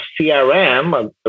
CRM